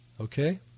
Okay